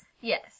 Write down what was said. Yes